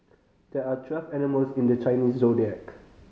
there are twelve animals in the Chinese Zodiac